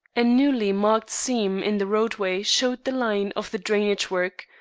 a newly marked seam in the roadway showed the line of the drainage work,